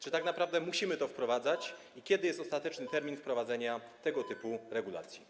Czy tak naprawdę musimy to wprowadzać i kiedy jest ostateczny termin wprowadzenia tego typu regulacji?